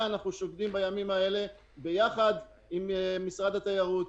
אנחנו שוקדים בימים האלה יחד עם משרד התיירות,